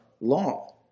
law